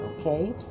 okay